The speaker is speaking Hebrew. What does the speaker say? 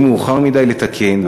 יהיה מאוחר מדי לתקן,